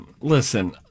Listen